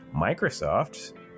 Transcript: microsoft